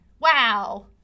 Wow